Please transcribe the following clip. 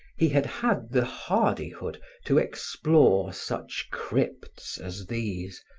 he had had the hardihood to explore such crypts as these,